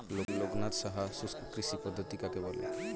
লোকনাথ সাহা শুষ্ককৃষি পদ্ধতি কাকে বলে?